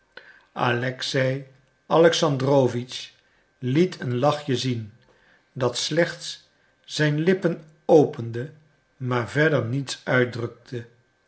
alexei alexandrowitsch liet een lachje zien dat slechts zijn lippen opende maar verder niets uitdrukte